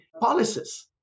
policies